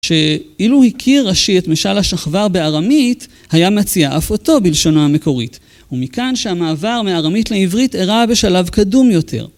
שאילו הכיר רש"י את משל השחבר בארמית היה מציע אף אותו בלשונו המקורית ומכאן שהמעבר מארמית לעברית אירע בשלב קדום יותר.